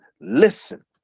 listen